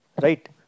Right